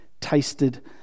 tasted